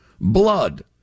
blood